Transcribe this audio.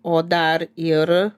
o dar ir